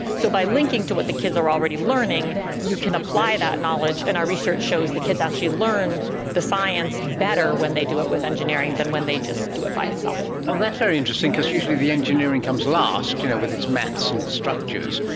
so by linking to what the kids are already learning you can apply that knowledge, and our research shows the kids actually learn the science better when they do it with engineering then when they just do it by itself. oh, that's very interesting because usually the engineering comes last you know with its maths and its structures.